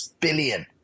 billion